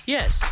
Yes